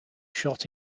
shot